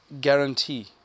guarantee